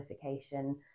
qualification